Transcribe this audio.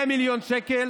100 מיליון שקל